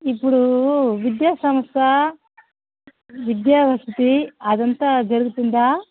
ఇపుడూ విద్యా సంస్థ విద్యావసతి అది అంతా జరుగుతుందా